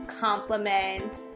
compliments